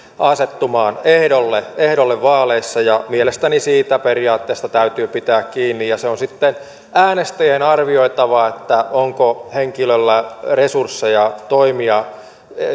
asettumaan ehdolle ehdolle vaaleissa mielestäni siitä periaatteesta täytyy pitää kiinni se on sitten äänestäjien arvioitava onko henkilöllä resursseja toimia